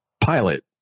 pilot